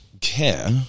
care